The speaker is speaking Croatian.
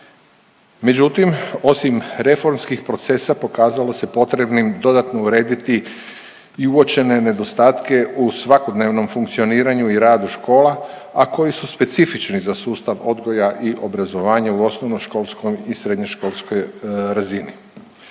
Međutim, osim reformskih procesa pokazalo se potrebnim dodatno urediti i uočene nedostatke u svakodnevnom funkcioniranju i radu škola, a koji su specifični za sustav odgoja i obrazovanja u osnovnoškolskom i srednjoškolskoj razini.